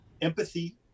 empathy